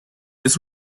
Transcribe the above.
this